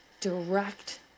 direct